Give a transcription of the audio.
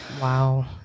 Wow